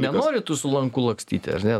nenori tu su lanku lakstyti ar ne